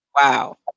wow